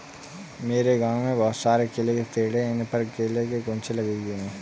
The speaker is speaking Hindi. मेरे गांव में बहुत सारे केले के पेड़ हैं इन पर केले के गुच्छे लगे हुए हैं